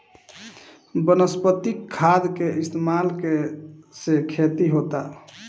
वनस्पतिक खाद के इस्तमाल के से खेती होता